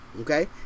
Okay